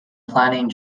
planning